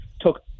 took